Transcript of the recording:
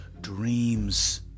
dreams